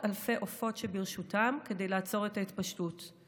אלפי עופות שברשותם כדי לעצור את ההתפשטות.